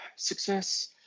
success